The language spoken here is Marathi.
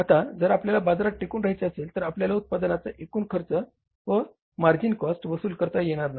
आता जर आपल्याला बाजारात टिकून राहायचे असेल तर आपल्याला उत्पादनाचा एकूण खर्च व मार्जिन कॉस्ट वसूल करता येणार नाही